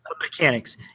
mechanics